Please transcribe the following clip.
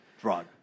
drug